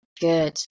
Good